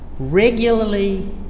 Regularly